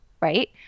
right